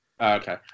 okay